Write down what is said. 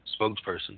spokesperson